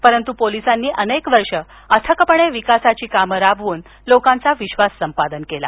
परंतु पोलिसांनी अनेक वर्षे अथकपणे विकासाची कामे राबवून लोकांचा विश्वास संपादन केला